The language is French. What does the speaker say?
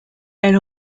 elle